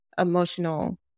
emotional